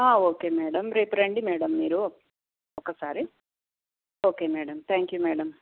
okay madam రేపు రండి madam మీరు ఒకసారి okay madam thank you madam